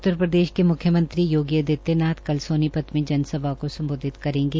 उत्तरप्रदेश के मुख्यमंत्री यागी आदित्य नाथ कल सोनीपत से जनसभा को सम्बोधित करेंगे